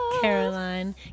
Caroline